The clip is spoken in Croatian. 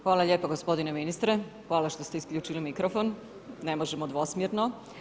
Hvala lijepo gospodine ministre, hvala što ste isključili mikrofon, ne možemo dvosmjerno.